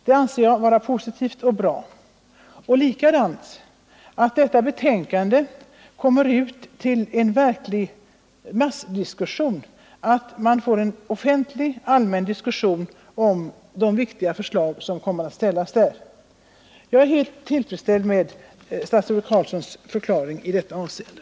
Det anser jag vara positivt och bra liksom också att detta betänkande kommer ut till en verklig massdiskussion, så att de viktiga förslag som där kommer att framställas får en allmän offentlig belysning. Jag är helt tillfredsställd med statsrådet Carlssons förklaring i detta avseende.